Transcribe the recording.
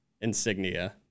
insignia